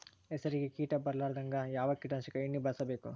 ಹೆಸರಿಗಿ ಕೀಟ ಬರಲಾರದಂಗ ಯಾವ ಕೀಟನಾಶಕ ಎಣ್ಣಿಬಳಸಬೇಕು?